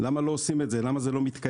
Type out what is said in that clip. למה לא עושים את זה, למה זה לא מתקיים.